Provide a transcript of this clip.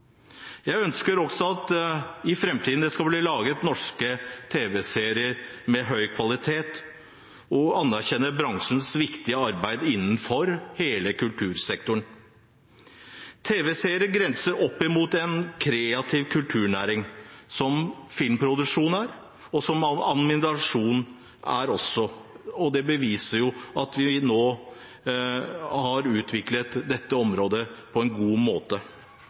Jeg ønsker at det også i framtiden skal bli laget norske tv-serier med høy kvalitet, og anerkjenner bransjens viktige arbeid innenfor hele kultursektoren. Tv-serier grenser opp mot kreative kulturnæringer som filmproduksjon og animasjon. Det beviser at vi nå har utviklet dette området på en god måte.